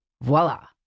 Voila